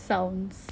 sounds